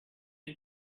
and